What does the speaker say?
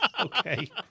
Okay